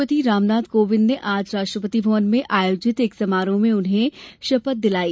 राष्ट्रपति रामनाथ कोविंद ने आज राष्ट्रपति भवन में आयोजित एक समारोह में उन्हें शपथ दिलाई